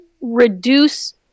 reduce